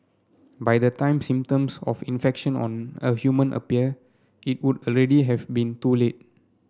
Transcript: by the time symptoms of infection on a human appear it would already have been too late